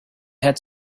had